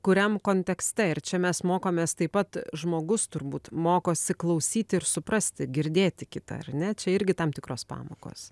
kuriam kontekste ir čia mes mokomės taip pat žmogus turbūt mokosi klausyti ir suprasti girdėti kitą ar ne čia irgi tam tikros pamokos